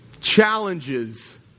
challenges